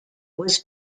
was